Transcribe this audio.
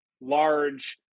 large